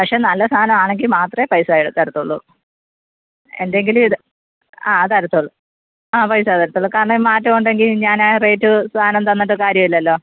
പക്ഷേ നല്ല സാധനമാണെങ്കിൽ മാത്രമേ പൈസ തരു തരത്തുള്ളു എന്തെങ്കിലും ഇത് ആ അതടച്ചോളും ആ പൈസ തരത്തുള്ളു കാരണം മാറ്റമുണ്ടെങ്കിൽ ഞാനാ ആ റെയ്റ്റ് സാധനം തന്നിട്ട് കാര്യമില്ലല്ലോ